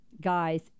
guys